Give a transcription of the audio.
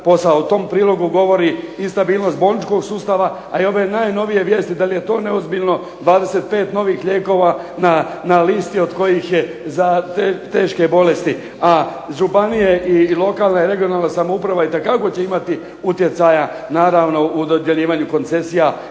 u prilog govori i stabilnost bolničkog sustava, ali ove najnovije vijesti da li je to neozbiljno 25 novih lijekova na listi od kojih je za teške bolesti, a županije i lokalna i regionalna samouprava itekako će imati utjecaja naravno u dodjeljivanju koncesija